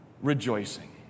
rejoicing